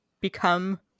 become